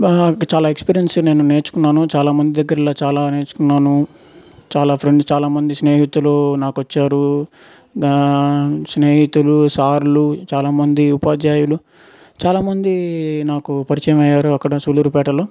నాకు చాలా ఎక్స్పీరియన్స్ నేను నేర్చుకున్నాను చాలా మంది దగ్గర చాలా నేర్చుకున్నాను చాలా ఫ్రెండ్స్ చాలా మంది స్నేహితులు నా వచ్చారు కాని స్నేహితులు సార్లు చాలా మంది ఉపాధ్యాయులు చాలామంది నాకు పరిచయం అయ్యారు అక్కడ సూళ్లూరుపేటలో